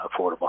affordable